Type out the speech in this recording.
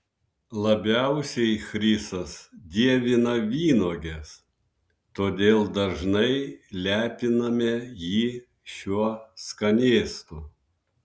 labiausiai chrisas dievina vynuoges todėl dažnai lepiname jį šiuo skanėstu